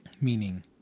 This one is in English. meaning